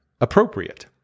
appropriate